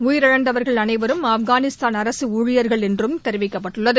உயிரிழந்தவர்கள் அனைவரும் ஆப்கானிஸ்தான் அரசு ஊழியர்கள் என்றும் தெிவிக்கப்பட்டுள்ளது